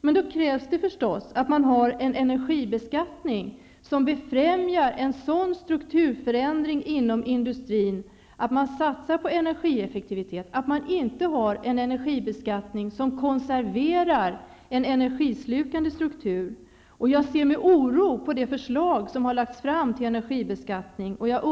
Men då krävs det förstås att man har en energibeskattning som befrämjar en sådan strukturförändring inom industrin att man satsar på energieffektivitet och att man inte har en energibeskattning som konserverar en energislukande struktur. Jag ser med oro på det förslag till energibeskattning som har lagts fram.